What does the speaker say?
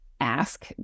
ask